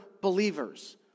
believers